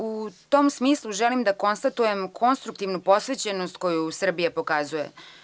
U tom smislu želim da konstatujem konstruktivnu posvećenost koju Srbija pokazuje.